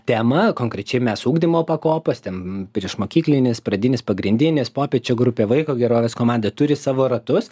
temą konkrečiame su ugdymo pakopas ten priešmokyklinis pradinis pagrindinis popiečio grupė vaiko gerovės komanda turi savo ratus